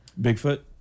bigfoot